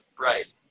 right